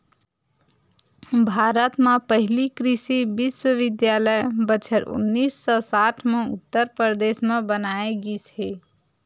भारत म पहिली कृषि बिस्वबिद्यालय बछर उन्नीस सौ साठ म उत्तर परदेस म बनाए गिस हे